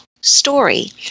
story